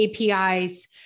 APIs